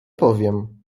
powiem